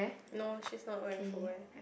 no she's not wearing footwear